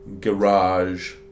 garage